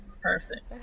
Perfect